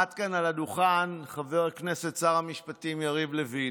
עמד כאן על הדוכן חבר הכנסת שר המשפטים יריב לוין.